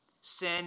Sin